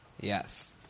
Yes